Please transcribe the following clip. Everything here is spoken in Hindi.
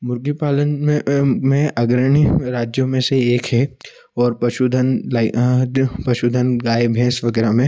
मुर्गी पालन में में अग्रणी राज्यों में से एक है और पशुधन लाइ पशु धन गाय भैंस वगैरह में